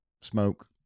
smoke